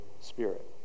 Spirit